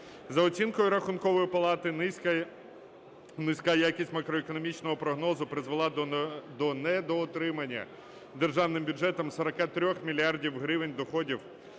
За оцінкою Рахункової палати, низька якість макроекономічного прогнозу призвела до недоотримання державним бюджетом 43 мільярдів гривень доходів,